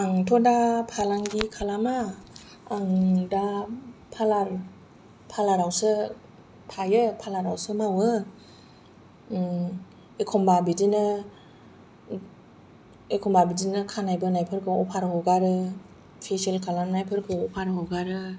आंथ' दा फालांगि खालामा आं दा पारलार पारलार आवसो थायो पारलार आवसो मावो एखनबा बिदिनो एखनबा बिदिनो खानाय बोनायफोरखौ अफार हगारो फेसियेल खालामनायफोरखौ अफार हगारो